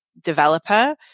developer